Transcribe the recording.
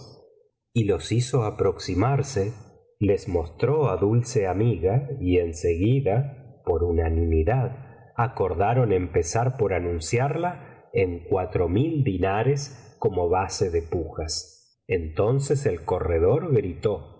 y los hizo aproximarse les mostró á dulce amiga y en seguida por unanimidad acordaron empezar por anunciarla en cuatro mil dinares como base de pujas entonces el corredor gritó